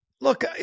Look